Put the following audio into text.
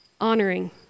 honoring